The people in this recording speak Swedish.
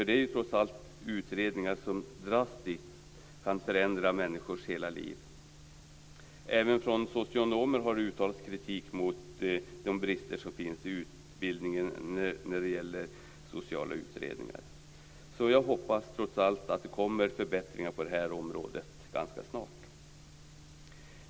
Det gäller trots allt utredningar som drastiskt kan förändra människors hela liv. Även från socionomer har kritik uttalats mot de brister som finns i utbildningen när det gäller sociala utredningar. Jag hoppas trots allt att det kommer förbättringar på det här området ganska snart.